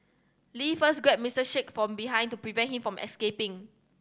Lee first grabbed Mister Sheikh from behind to prevent him from escaping